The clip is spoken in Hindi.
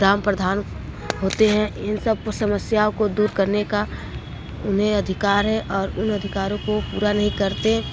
ग्राम प्रधान होते हैं इन सब को समस्याओं को दूर करने का उन्हें अधिकार है और उन अधिकारों को पूरा नहीं करते